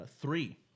Three